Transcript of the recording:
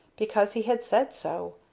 because he had said so.